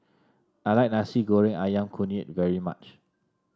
I like Nasi Goreng ayam kunyit very much